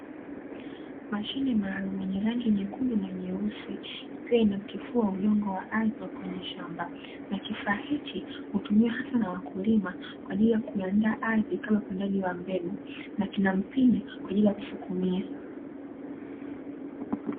Mashine maalumu yenye rangi nyekundu na nyeusi ikiwa inatifua udongo wa ardhi kwenye shamba, na kifaa hichi hutumiwa hasa na wakulima kwa ajili ya kuiandaa ardhi kama upandaji wa mbegu, na kina mpini kwa ajili ya kusukumia.